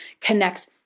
connects